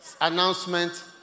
announcement